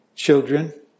Children